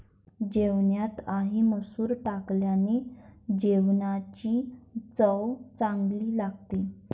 जेवणात आले मसूर टाकल्याने जेवणाची चव चांगली लागते